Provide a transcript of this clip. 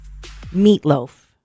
meatloaf